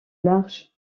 large